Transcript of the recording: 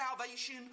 salvation